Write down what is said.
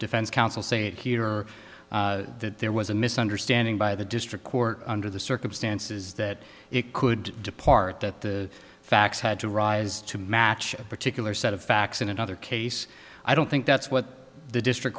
defense counsel say or that there was a misunderstanding by the district court under the circumstances that it could depart that the facts had to rise to match a particular set of facts in another case i don't think that's what the district